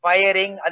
Firing